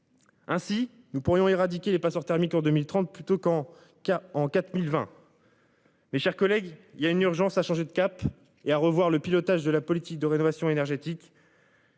Ainsi, nous pourrions éradiquer les passeurs thermiques en 2030 plutôt qu'en cas en 4020. Mes chers collègues. Il y a une urgence à changer de cap et à revoir le pilotage de la politique de rénovation énergétique.